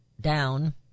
down